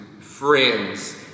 friends